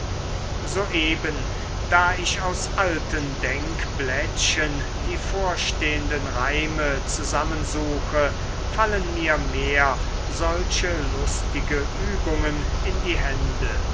soeben da ich aus alten denkblättchen die vorstehenden reime zusammensuche fallen mir mehr solche lustige übungen in die hände